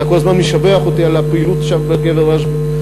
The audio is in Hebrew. אתה כל הזמן משבח אותי על הפעילות שם, בקבר רשב"י.